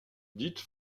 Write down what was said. dite